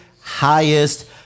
highest